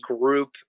group